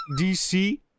dc